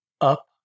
up